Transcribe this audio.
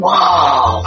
Wow